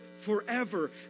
Forever